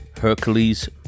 Hercules